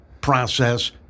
process